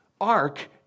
ark